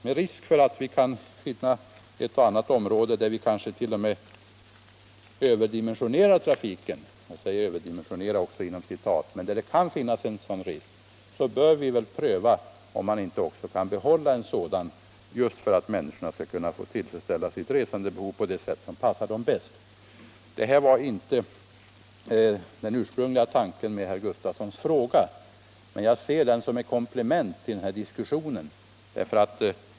Med risk för att få ett och annat område där vi kanske ”överdimensionerar” trafiken, bör vi ändå pröva en sådan lösning, just för att människorna skall få tillfredsställa sitt resandebehov på det sätt som passar dem bäst. Detta var inte den ursprungliga tanken med herr Gustafsons fråga, men jag ser det som ett komplement till den här diskussionen.